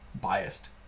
biased